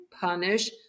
punish